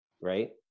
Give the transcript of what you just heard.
right